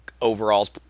overalls